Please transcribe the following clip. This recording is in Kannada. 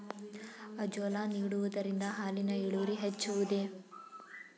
ಅಜೋಲಾ ನೀಡುವುದರಿಂದ ಹಾಲಿನ ಇಳುವರಿ ಹೆಚ್ಚುವುದೇ?